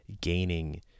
gaining